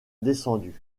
descendu